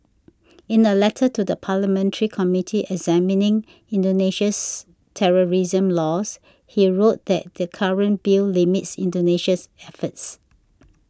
in a letter to the parliamentary committee examining Indonesia's terrorism laws he wrote that the current bill limits Indonesia's efforts